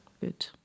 good